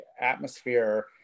atmosphere